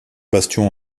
bastions